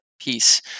piece